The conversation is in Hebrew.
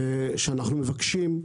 שאנחנו מבקשים,